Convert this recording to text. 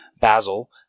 Basil